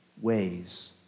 ways